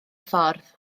ffordd